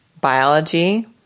biology